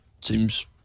Seems